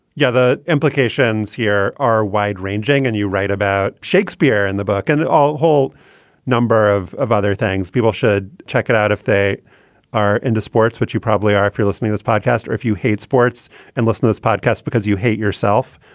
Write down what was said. yeah, the implications here are wide ranging and you write about shakespeare in the book and all whole number of of other things. people should check it out if they are into sports. but you probably are if you're listening this podcast or if you hate sports and listen this podcast because you hate yourself,